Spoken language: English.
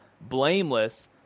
blameless